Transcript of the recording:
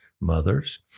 mothers